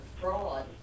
fraud